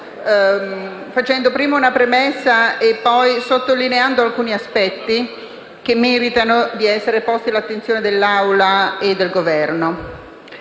facendo prima una premessa e poi sottolineando alcuni aspetti, che meritano di essere posti all'attenzione dell'Assemblea e del Governo.